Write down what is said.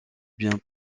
biens